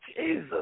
Jesus